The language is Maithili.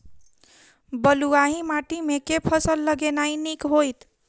बलुआही माटि मे केँ फसल लगेनाइ नीक होइत?